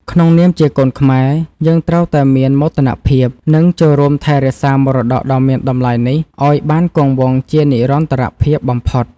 ក្នុងនាមជាកូនខ្មែរ យើងត្រូវតែមានមោទនភាព និង ចូលរួមថែរក្សាមរតកដ៏មានតម្លៃនេះឱ្យបានគង់វង្សជានិរន្តរភាពបំផុត។